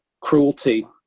cruelty